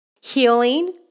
healing